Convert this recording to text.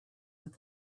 with